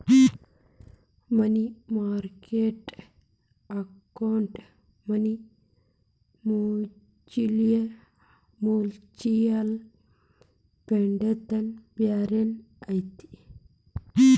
ಮನಿ market account money mutual ಫಂಡ್ಗಿಂತ ಬ್ಯಾರೇನ ಐತಿ